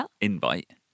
invite